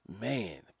man